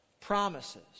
Promises